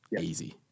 Easy